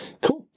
Cool